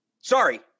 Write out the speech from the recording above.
Sorry